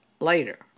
later